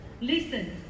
listen